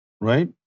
right